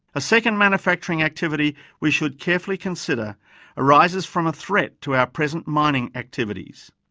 a second manufacturing activity we should carefully consider arises from a threat to our present mining activities.